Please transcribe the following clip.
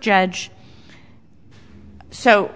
judge so